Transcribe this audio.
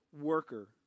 worker